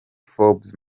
forbes